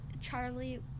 charlie